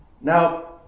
Now